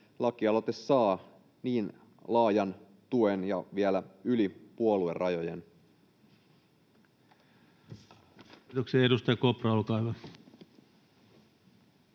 lakialoite saa niin laajan tuen ja vielä yli puoluerajojen.